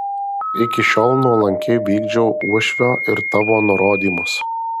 iki šiol nuolankiai vykdžiau uošvio ir tavo nurodymus